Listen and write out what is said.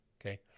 okay